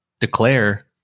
declare